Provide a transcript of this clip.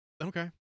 Okay